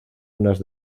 unas